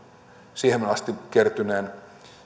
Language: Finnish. siihen asti kertyneen